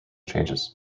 changes